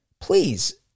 please